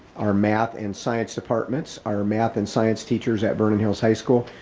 our math and science departments, our math and science teachers at vernon hills high school,